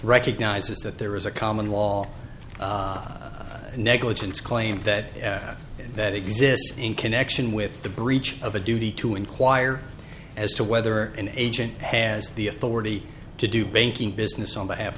recognizes that there is a common law negligence claim that that exists in connection with the breach of a duty to inquire as to whether an agent has the authority to do banking business on behalf